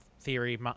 theory